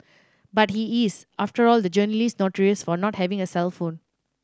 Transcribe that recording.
but he is after all the journalist notorious for not having a cellphone